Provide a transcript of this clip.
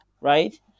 right